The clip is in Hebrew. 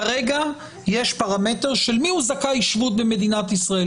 כרגע יש פרמטר של מי זכאי שבות במדינת ישראל.